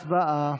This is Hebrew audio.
הצבעה.